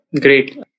great